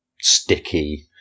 sticky